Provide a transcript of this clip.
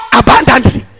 abundantly